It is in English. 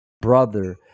brother